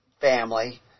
family